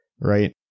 right